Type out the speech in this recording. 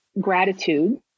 gratitude